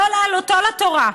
לא להעלותו לתורה,